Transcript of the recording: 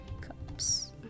cups